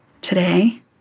today